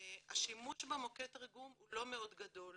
השימוש במוקד תרגום לא מאוד גדול.